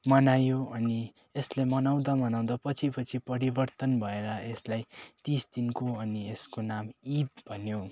मनायो अनि यसले मनाउँदा मनाउँदा पछिपछि परिवर्तन भएर यसलाई तिस दिनको अनि यसको नाम ईद भन्यो